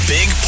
Big